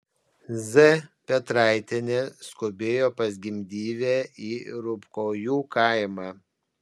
z petraitienė skubėjo pas gimdyvę į ropkojų kaimą